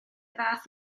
fath